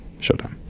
Showtime